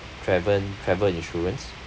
travel travel insurance